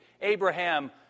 Abraham